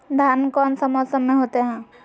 धान कौन सा मौसम में होते है?